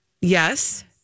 Yes